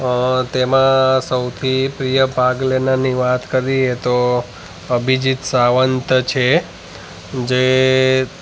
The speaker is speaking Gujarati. અ તેમાં સૌથી પ્રિય ભાગ લેનારની વાત કરીએ તો અભિજિત સાવંત છે જે